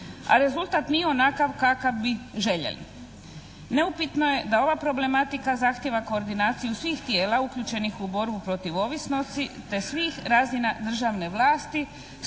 a rezultat nije onakav kakav bi željeli. Neupitno je da ova problematika zahtijeva koordinaciju svih tijela uključenih u borbu protiv ovisnosti te svih razina državne vlasti